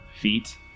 feet